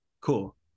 Cool